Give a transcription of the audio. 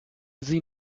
sie